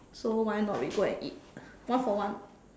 so why not we go and eat one for one